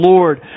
Lord